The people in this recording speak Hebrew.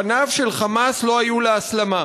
פניו של "חמאס" לא היו להסלמה.